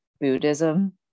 Buddhism